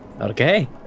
Okay